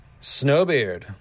Snowbeard